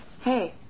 Hey